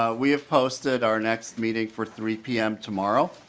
ah we have posted our next meeting for three pm tomorrow.